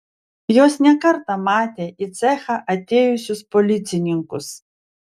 jos ne kartą matė į cechą atėjusius policininkus